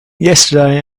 yesterday